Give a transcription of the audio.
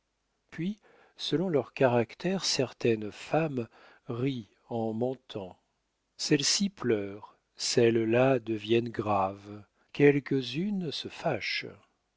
puis selon leur caractère certaines femmes rient en mentant celles-ci pleurent celles-là deviennent graves quelques-unes